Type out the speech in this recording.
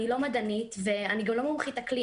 אני לא מדענית ואני גם לא מומחית אקלים.